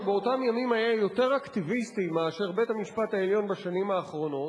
שבאותם ימים היה יותר אקטיביסטי מאשר בית-המשפט העליון בשנים האחרונות,